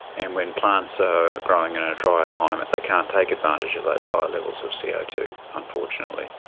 and when plants are growing in a drier climate they can't take advantage of those higher levels of c o two unfortunately.